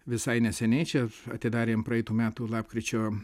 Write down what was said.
visai neseniai čia atidarėm praeitų metų lapkričio